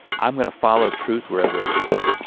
i'm gonna follow truth wherever it leads